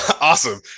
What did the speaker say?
Awesome